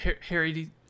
Harry